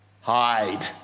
hide